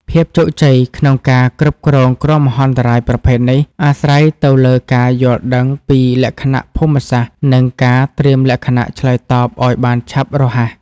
ភាពជោគជ័យក្នុងការគ្រប់គ្រងគ្រោះមហន្តរាយប្រភេទនេះ អាស្រ័យទៅលើការយល់ដឹងពីលក្ខណៈភូមិសាស្ត្រ និងការត្រៀមលក្ខណៈឆ្លើយតបឱ្យបានឆាប់រហ័ស។